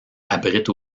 abrite